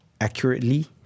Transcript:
accurately